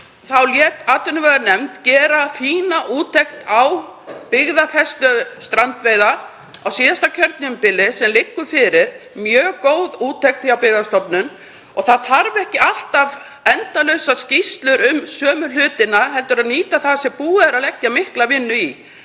þá lét atvinnuveganefnd gera fína úttekt á byggðafestu strandveiða á síðasta kjörtímabili sem liggur fyrir, mjög góð úttekt hjá Byggðastofnun. Það þarf ekki alltaf endalausar skýrslur um sömu hlutina heldur að nýta það sem búið er að leggja mikla vinnu í.